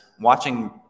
watching